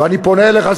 ואני פונה אליך,